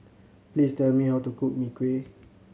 please tell me how to cook Mee Kuah